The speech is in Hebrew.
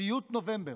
סיוט נובמבר.